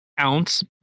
ounce